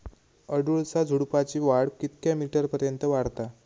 अडुळसा झुडूपाची वाढ कितक्या मीटर पर्यंत वाढता?